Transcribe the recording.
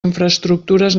infraestructures